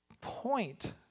point